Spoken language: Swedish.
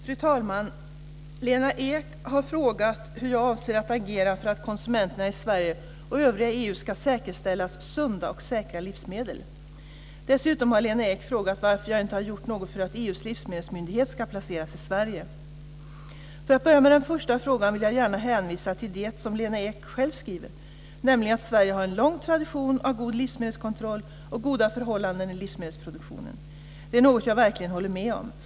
Fru talman! Lena Ek har frågat hur jag avser att agera för att konsumenterna i Sverige och övriga EU ska säkerställas sunda och säkra livsmedel. Dessutom har Lena Ek frågat varför jag inte har gjort något för att EU:s livsmedelsmyndighet ska placeras i Sverige. För att börja med den första frågan vill jag gärna hänvisa till det som Lena Ek själv skriver, nämligen att Sverige har en lång tradition av god livsmedelskontroll och goda förhållanden i livsmedelsproduktionen. Det är något jag verkligen håller med om.